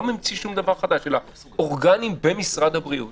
לא להמציא שום דבר חדש אלא אורגנים במשרד הבריאות